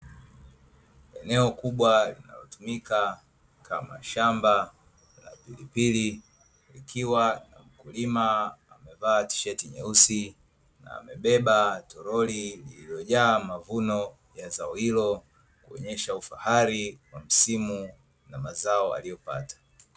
Eneo kubwa linalotumika kama shamba la pilipili, likiwa na mkulima amevaa tisheti nyeusi, amebeba torori lililojaa mavuno ya zao hilo, kuonyesha ufahari wa msimu na mazao aliyopata.